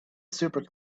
super